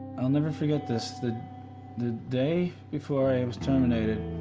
i'll never forget this. the the day before i was terminated,